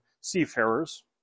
seafarers